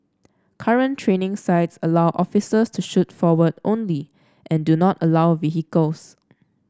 current training sites allow officers to shoot forward only and do not allow vehicles